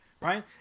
right